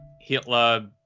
Hitler